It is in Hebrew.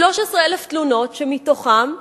13,000 תלונות, שמתוכן,